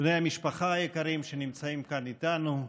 בני המשפחה היקרים שנמצאים כאן איתנו,